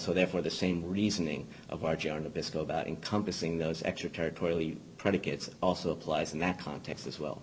so therefore the same reasoning of argenta biscoe about encompassing those extra territorially predicates also applies in that context as well